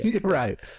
right